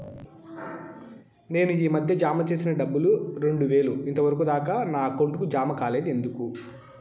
నేను ఈ మధ్య జామ సేసిన డబ్బులు రెండు వేలు ఇంతవరకు దాకా నా అకౌంట్ కు జామ కాలేదు ఎందుకు?